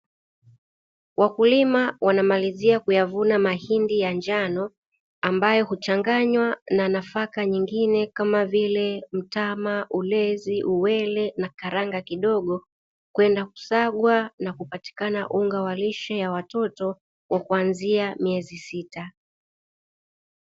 Wakulima wanamalizia kuvuna mahindi ya njano ambayo huchanganywa na nafaka nyingine kama vile mtama, ulezi na karanga kidogo kwenda kusagwa na kupatikana unga wa lishe ya watoto wa kuanzia miezi sita.